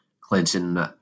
Clinton